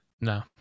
No